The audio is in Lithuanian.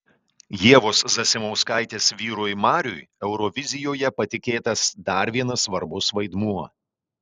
ievos zasimauskaitės vyrui mariui eurovizijoje patikėtas dar vienas svarbus vaidmuo